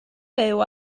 fyw